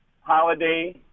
Holiday